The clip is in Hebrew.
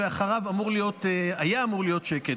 ואחריו היה אמור להיות שקט.